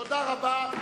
תודה רבה.